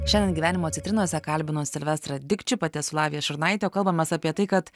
šiandien gyvenimo citrinose kalbinu silvestrą dikčių pati esu lavija šurnaitė o kalbamės apie tai kad